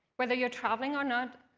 whether you're traveling or not,